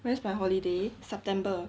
when's my holiday september